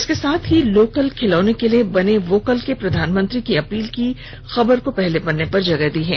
इसके साथ ही लोकल खिलौने के लिए बने वोकल के प्रधानमंत्री के अपील की खबर को पहले पन्ने पर जगह दी है